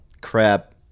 crap